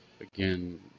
again